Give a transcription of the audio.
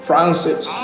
Francis